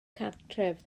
cartref